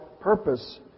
purpose